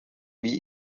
wie